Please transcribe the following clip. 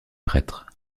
prêtres